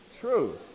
True